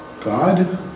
God